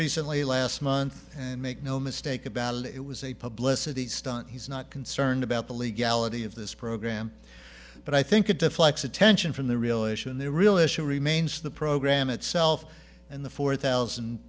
recently last month and make no mistake about it it was a publicity stunt he's not concerned about the legality of this program but i think it deflects attention from the real issue and the real issue remains the program itself and the four thousand